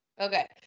Okay